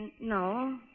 no